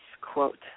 quote